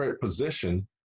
position